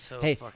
Hey